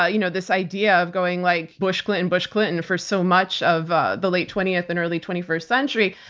ah you know this idea of going like bush, clinton, bush, clinton for so much of the late twentieth and early twenty-first century.